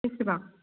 बेसेबां